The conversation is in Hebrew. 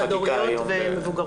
חד הוריות ומבוגרות.